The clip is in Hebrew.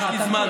יש לי זמן.